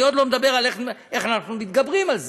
אני עוד לא מדבר על איך אנחנו מתגברים על זה,